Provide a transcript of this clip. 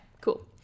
cool